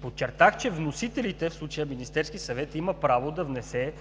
Подчертах, че вносителите – в случая Министерският съвет, има право да внесе